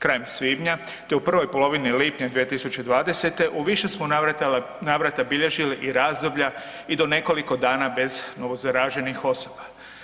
Kraj svibnja te u prvoj polovini lipnja 2020., u više smo navrata bilježili i razdoblja i do nekoliko dana bez novozaraženih osoba.